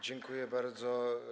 Dziękuję bardzo.